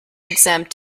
exempt